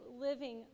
living